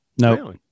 No